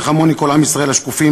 וכמוני כל עם ישראל השקופים,